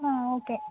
ಹಾಂ ಓಕೆ